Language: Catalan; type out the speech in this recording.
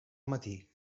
matí